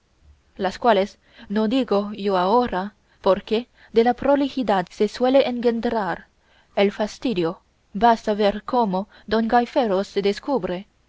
las cuales no digo yo ahora porque de la prolijidad se suele engendrar el fastidio basta ver cómo don gaiferos se descubre